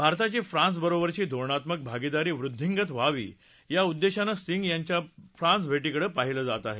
भारताची फ्रान्सबरोबरची धोरणात्मक भागीदारी वृद्धींगत व्हावी या उद्देशानं सिंग यांच्या फ्रान्स भेटीकडं पाहिलं जात आहे